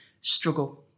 struggle